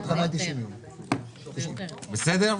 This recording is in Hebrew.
בסדר?